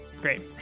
Great